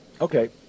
Okay